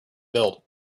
build